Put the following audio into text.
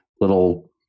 little